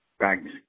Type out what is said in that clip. Thanks